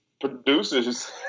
producers